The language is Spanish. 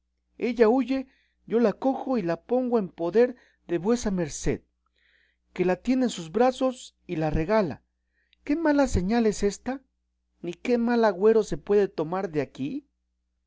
ella huye yo la cojo y la pongo en poder de vuesa merced que la tiene en sus brazos y la regala qué mala señal es ésta ni qué mal agüero se puede tomar de aquí